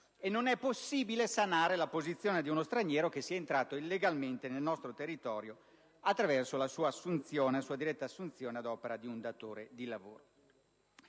e non è possibile sanare la posizione di uno straniero che sia entrato illegalmente nel nostro territorio attraverso la sua diretta assunzione ad opera di un datore di lavoro.